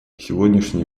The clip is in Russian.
сегодняшние